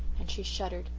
and she shuddered.